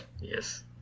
Yes